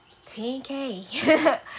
10k